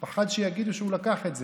פחד שיגידו שהוא לקח את זה,